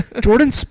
Jordan